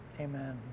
Amen